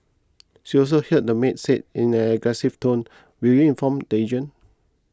she also heard the maid say in an aggressive tone will you inform the agent